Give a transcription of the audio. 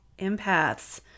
empaths